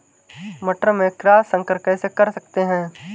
मटर में क्रॉस संकर कैसे कर सकते हैं?